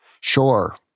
Sure